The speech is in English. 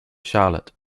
charlotte